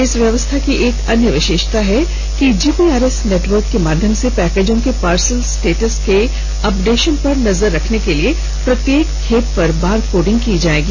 इस व्यवस्था की एक अन्य विशेषता है कि जीपीआरएस नेटवर्क के माध्यम से पैकेजों के पार्सल स्टेटस के अपडेशन पर नजर रखने के लिए प्रत्येक खेप पर बारकोडिंग की जाएगी